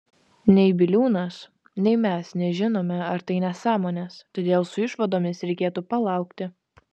nei biliūnas nei mes nežinome ar tai nesąmonės todėl su išvadomis reikėtų palaukti